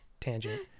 tangent